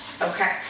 Okay